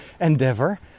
endeavor